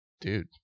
dude